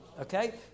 Okay